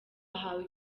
ahawe